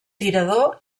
tirador